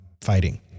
fighting